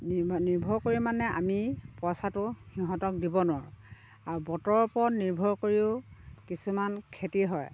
নিৰ্ব নিৰ্ভৰ কৰি মানে আমি পইচাটো সিহঁতক দিব নোৱাৰোঁ আৰু বতৰৰ ওপৰত নিৰ্ভৰ কৰিও কিছুমান খেতি হয়